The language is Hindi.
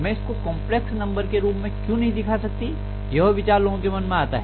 मैं इसको कंपलेक्स नंबर्स के रूप में क्यों नहीं दिखा सकती यह विचार लोगों के मन में आता है